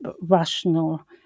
rational